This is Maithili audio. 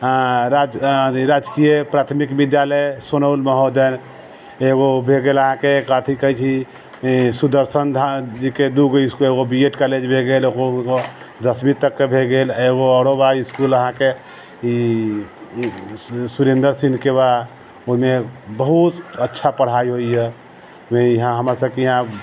राज राजकीय प्राथमिक विद्यालय सुनौल महोदै एक गो भऽ गेल अहाँके कथी कहै छी सुदर्शन धाम जीके दूगो स्कूल एगो बी एड कॉलेज भऽ गेल एगो दसमी तकके भऽ गेल एक गो इसकुल आओर बा अहाँके ई सुरेन्दर सिंहके बा ओहिमे बहुत अच्छा पढ़ाइ होइए यहाँ हमर सबके यहाँ